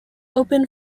open